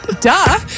Duh